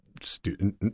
student